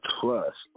trust